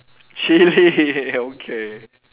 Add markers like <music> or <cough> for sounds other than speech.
chili <laughs> okay